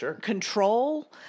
control